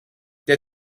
der